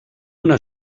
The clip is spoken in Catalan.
una